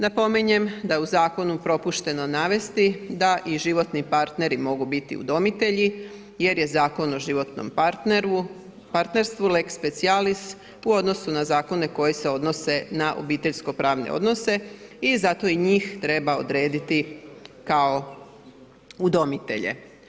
Napominjem da je u zakonu propušteno navesti da i životni partneri mogu biti udomitelji jer je Zakon o životnom partnerstvu lex specialis u odnosu na zakone koji se odnose na obiteljsko-pravne odnose i zato i njih treba odrediti kao udomitelje.